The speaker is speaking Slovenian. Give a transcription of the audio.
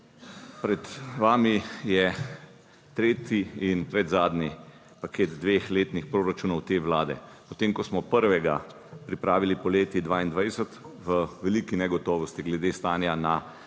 Pred vami je tretji in predzadnji paket dveh letnih proračunov te Vlade. Po tem, ko smo prvega pripravili poleti 2022, v veliki negotovosti glede stanja na